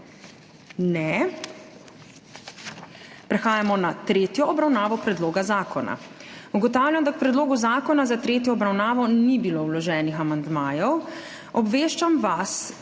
(Ne.) Prehajamo na tretjo obravnavo predloga zakona. Ugotavljam, da k predlogu zakona za tretjo obravnavo ni bilo vloženih amandmajev. Obveščam vas,